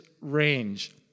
range